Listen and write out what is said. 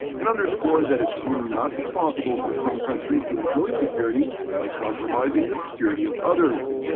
and underscored that it would not be possible for some countries to enjoy security by compromising the security of others.